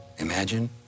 Imagine